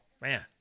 man